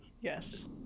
Yes